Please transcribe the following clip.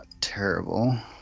terrible